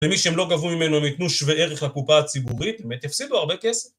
למי שהם לא גבו ממנו הם יתנו שווה ערך לקופה הציבורית, הם הפסידו הרבה כסף.